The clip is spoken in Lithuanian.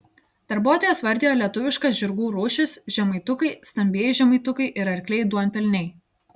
darbuotojas vardijo lietuviškas žirgų rūšis žemaitukai stambieji žemaitukai ir arkliai duonpelniai